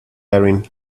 erin